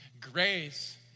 Grace